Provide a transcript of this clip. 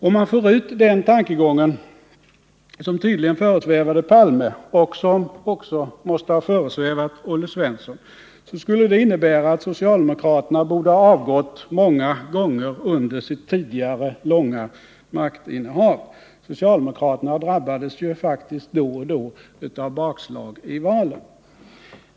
Om man fortsätter den tankegången, som tydligen föresvävade Olof Palme och som också måste ha föresvävat Olle Svensson, skulle det innebära att socialdemokraterna borde ha avstått från regeringsinnehavet många gånger under sitt tidigare långa maktinnehav. Socialdemokraterna drabbades faktiskt då och då av bakslag i valen.